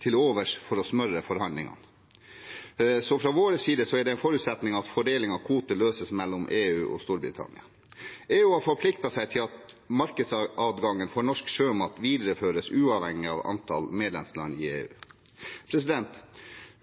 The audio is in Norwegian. til overs for å smøre forhandlingene, så fra vår side er det en forutsetning at fordeling av kvoter løses mellom EU og Storbritannia. EU har forpliktet seg til at markedsadgangen for norsk sjømat videreføres uavhengig av antall medlemsland i EU.